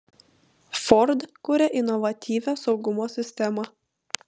ford kuria inovatyvią saugumo sistemą